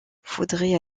faudrait